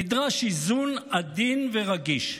נדרש איזון עדין ורגיש.